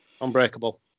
Unbreakable